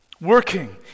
working